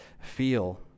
feel